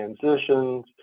transitions